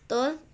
betul